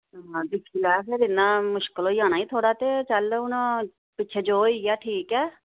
हां दिकखी लै फिर इ'यां मुश्कल होई जाना ऐ ते चल हून पिच्छें जो होई गेआ ठीक ऐ